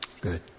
Good